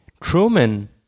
Truman